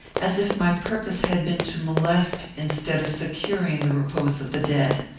as if my purpose had been to molest, instead of securing, the repose of the dead.